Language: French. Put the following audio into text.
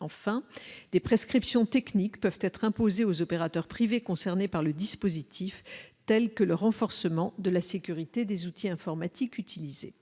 enfin des prescriptions techniques peuvent être imposées aux opérateurs privés concernés par le dispositif, telles que le renforcement de la sécurité des outils informatiques utilisés